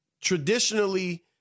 traditionally